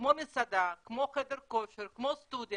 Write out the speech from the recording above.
כמו מסעדה, כמו חדר כושר, כמו סטודיו,